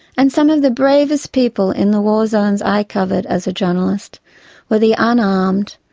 and some of the bravest people in the war zones i covered as a journalist were the unarmed,